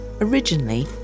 Originally